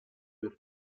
per